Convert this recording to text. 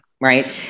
right